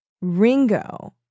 Ringo